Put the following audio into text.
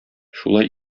шулай